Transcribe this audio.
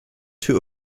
two